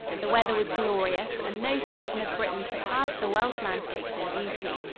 the weather was glorious and no section of britain surpassed the welsh landscapes in beauty.